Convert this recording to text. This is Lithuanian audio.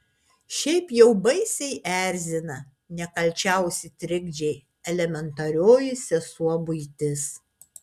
šiaip jau baisiai erzina nekalčiausi trikdžiai elementarioji sesuo buitis